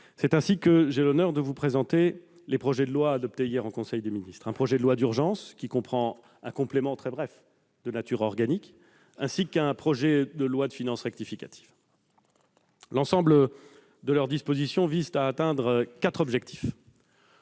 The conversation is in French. C'est ainsi que j'ai l'honneur de vous présenter les projets de loi adoptés hier en conseil des ministres : un projet de loi d'urgence, assorti d'un très court projet de loi organique, ainsi qu'un projet de loi de finances rectificative. L'ensemble de leurs dispositions visent à atteindre quatre objectifs.